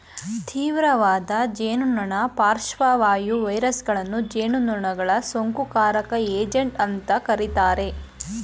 ತೀವ್ರವಾದ ಜೇನುನೊಣ ಪಾರ್ಶ್ವವಾಯು ವೈರಸಗಳನ್ನು ಜೇನುನೊಣಗಳ ಸೋಂಕುಕಾರಕ ಏಜೆಂಟ್ ಅಂತ ಕರೀತಾರೆ